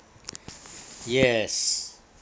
yes